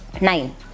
Nine